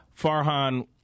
Farhan